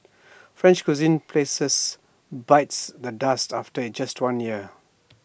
French cuisine places bites the dust after IT just one year